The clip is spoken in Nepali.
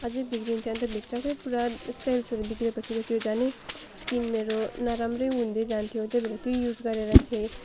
अझै बिग्रिन्थ्यो अन्त भित्रकै पुरा सेल्सहरू बिग्रिएपछि त त्यो झनै स्किन मेरो नराम्रै हुँदै जान्थ्यो त्यही भएर त्यो युज गरेर चाहिँ